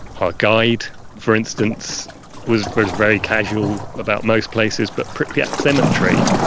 our guide for instance was very very casual about most places, but pripyat cemetery,